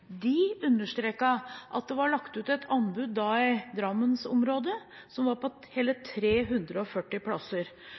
De understreket at det var lagt ut et anbud i Drammensområdet som var på hele